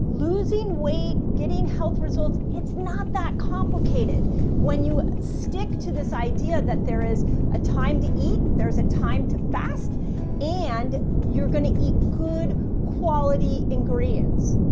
losing weight, getting health results. it's not that complicated when you ah stick to this idea that there is a time to eat. there's a time to fast and you're going to eat good quality ingredients.